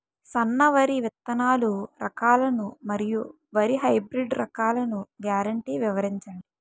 సన్న వరి విత్తనాలు రకాలను మరియు వరి హైబ్రిడ్ రకాలను గ్యారంటీ వివరించండి?